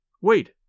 Wait